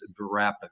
verapamil